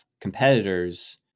competitors